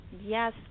yes